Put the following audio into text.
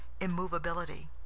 immovability